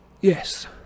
Yes